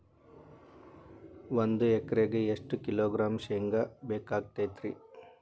ಒಂದು ಎಕರೆಗೆ ಎಷ್ಟು ಕಿಲೋಗ್ರಾಂ ಶೇಂಗಾ ಬೇಕಾಗತೈತ್ರಿ?